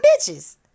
bitches